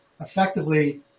effectively